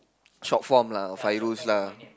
short form lah five rules lah